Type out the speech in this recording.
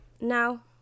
now